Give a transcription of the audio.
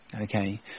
okay